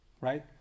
Right